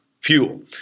Fuel